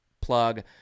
plug